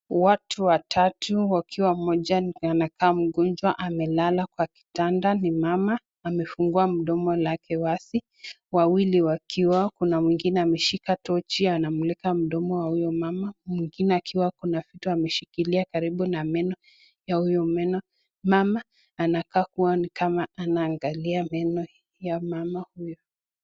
Watu watatu wakiwa mmoja ndo anakaa mgonjwa amelala kwa kitanda ni mama, amefungua mdomo lake wazi, wawili wakiwa kuna mwingine ameshika tochi anamulika mdomo wa huyo mama, mwingine akiwa kuna vitu ameshikilia karibu na meno ya huyo mama, mama anakaa kuwa ni kama anaangalia meno ya mama huyo.